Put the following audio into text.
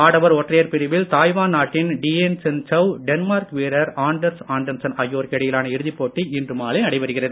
ஆடவர் ஒற்றையர் பிரிவில் தாய்வான் நாட்டின் டியேன் சென் சவ் டென்மார்க் வீரர் ஆண்டர்ஸ் ஆன்டன்சன் ஆகியோருக்கு இடையிலான இறுதிப்போட்டி இன்று மாலை நடைபெறுகிறது